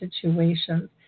situations